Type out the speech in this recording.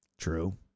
True